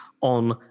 on